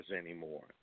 anymore